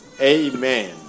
Amen